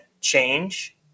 change